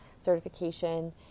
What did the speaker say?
certification